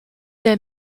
their